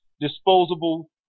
disposable